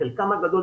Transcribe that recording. חלקם הגדול,